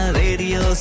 radio